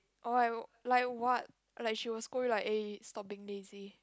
oh I like what like she will scold you like eh stop being lazy